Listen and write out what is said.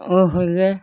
और भैया